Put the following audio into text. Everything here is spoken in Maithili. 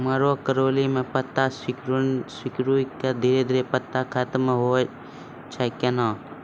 मरो करैली म पत्ता सिकुड़ी के धीरे धीरे पत्ता खत्म होय छै कैनै?